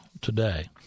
today